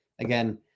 Again